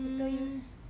mm